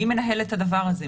מי מנהל את הדבר הזה?